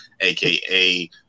AKA